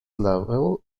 level